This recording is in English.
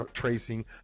tracing